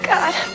God